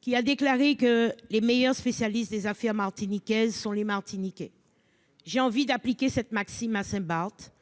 qui a déclaré que les meilleurs spécialistes des affaires martiniquaises sont les Martiniquais. J'ai envie d'appliquer cette Maxime à Saint-Barth